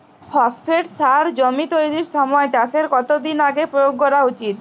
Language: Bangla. ফসফেট সার জমি তৈরির সময় চাষের কত দিন আগে প্রয়োগ করা উচিৎ?